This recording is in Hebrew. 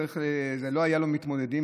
לא היו לו מתמודדים,